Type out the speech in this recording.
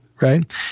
right